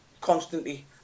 constantly